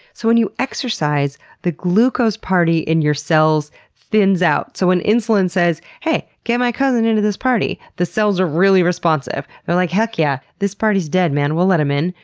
so when you exercise, the glucose party in your cells thins out. so when insulin says, hey! get my cousin into this party, the cells are really responsive. they're like, heck yeah! this party's dead, man. we'll let him in,